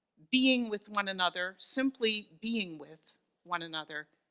being with one another, simply being with one another,